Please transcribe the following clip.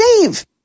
Dave